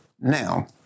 Now